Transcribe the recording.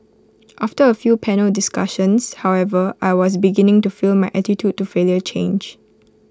after A few panel discussions however I was beginning to feel my attitude to failure change